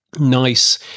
nice